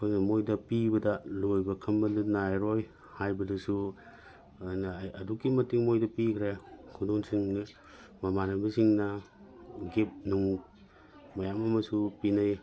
ꯑꯩꯈꯣꯏꯅ ꯃꯣꯏꯗ ꯄꯤꯕꯗ ꯂꯣꯏꯕ ꯈꯝꯕꯗꯤ ꯅꯥꯏꯔꯔꯣꯏ ꯍꯥꯏꯕꯗꯨꯁꯨ ꯑꯗꯨꯅ ꯑꯗꯨꯛꯀꯤ ꯃꯇꯤꯛ ꯃꯣꯏꯗ ꯄꯤꯒ꯭ꯔꯦ ꯈꯨꯗꯣꯜꯁꯤꯡ ꯃꯃꯥꯟꯅꯕꯁꯤꯡꯅ ꯒꯤꯐꯅꯨꯡ ꯃꯌꯥꯝ ꯑꯃꯁꯨ ꯄꯤꯅꯩ